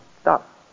stop